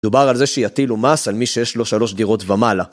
דובר על זה שיטילו מס על מי שיש לו שלוש דירות ומעלה.